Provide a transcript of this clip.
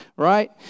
right